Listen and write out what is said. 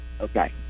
Okay